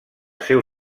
seu